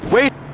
Wait